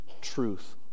truth